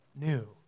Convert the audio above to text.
new